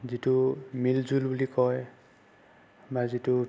যিটো মিল জুল বুলি কয় বা যিটো